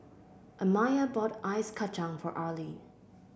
Amiah bought Ice Kachang for Arline